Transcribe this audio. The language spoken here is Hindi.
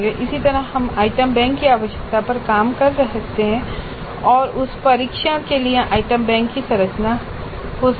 इसी तरह हम आइटम बैंक की आवश्यकताओं पर काम कर सकते हैं और वह उस परीक्षण के लिए आइटम बैंक की संरचना होगी